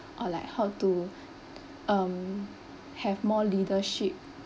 or like how to um have more leadership